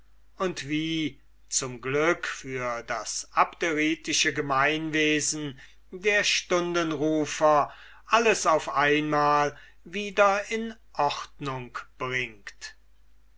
und wie zum glück für das abderitische gemeinwesen der stundenweiser alles auf einmal wieder in ordnung bringt